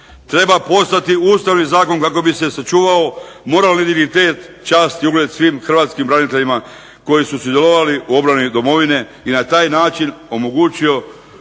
Treba postati Ustavni zakon kako bi se sačuvao moralni dignitet, čast i ugled svim hrvatskim braniteljima koji su sudjelovali u obrani domovine i na taj način omogućio